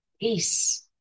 peace